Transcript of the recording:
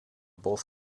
both